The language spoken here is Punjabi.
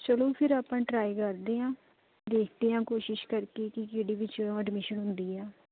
ਚਲੋ ਫਿਰ ਆਪਾਂ ਟਰਾਈ ਕਰਦੇ ਹਾਂ ਦੇਖਦੇ ਹਾਂ ਕੋਸ਼ਿਸ਼ ਕਰਕੇ ਕਿ ਕਿਹੜੇ ਵਿੱਚ ਐਡਮਿਸ਼ਨ ਹੁੰਦੀ ਆ